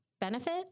Benefit